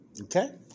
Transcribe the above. Okay